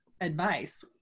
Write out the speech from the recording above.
advice